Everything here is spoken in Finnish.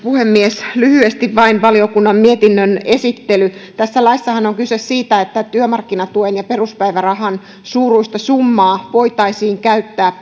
puhemies lyhyesti vain valiokunnan mietinnön esittely laissahan on kyse siitä että työmarkkinatuen ja peruspäivärahan suuruista summaa voitaisiin käyttää